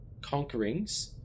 conquerings